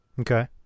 Okay